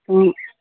ᱦᱮᱸ